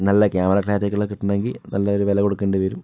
നല്ല camera clarity ഒക്കെ കിട്ടണമെങ്കിൽ നല്ലൊരു വില കൊടുക്കേണ്ടി വരും